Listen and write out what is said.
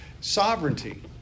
sovereignty